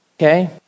Okay